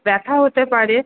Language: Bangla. ব্যথা হতে পারে